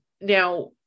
now